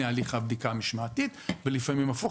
הליך הבדיקה המשמעתית ולפעמים הפוך.